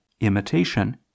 Imitation